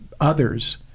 others